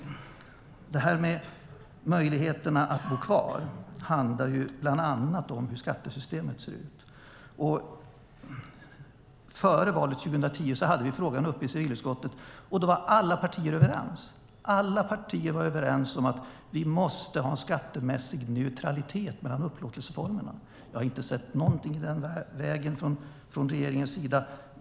Det här med möjligheterna att bo kvar handlar bland annat om hur skattesystemet ser ut. Före valet 2010 hade vi frågan uppe i civilutskottet. Då var alla partier överens. Alla partier var överens om att vi måste ha en skattemässig neutralitet mellan upplåtelseformerna. Jag har inte sett någonting i den vägen från regeringens sida.